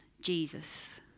Jesus